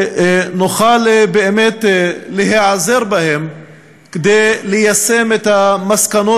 שנוכל באמת להיעזר בהם כדי ליישם את המסקנות